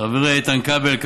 חבריי חברי הכנסת,